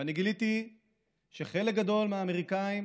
אני גיליתי שחלק גדול מהאמריקנים,